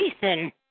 Jason